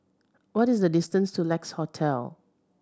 what is the distance to Lex Hotel